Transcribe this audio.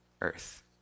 earth